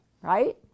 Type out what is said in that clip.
right